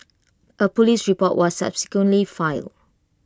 A Police report was subsequently filed